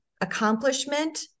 accomplishment